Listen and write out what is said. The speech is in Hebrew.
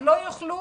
לא יוכלו,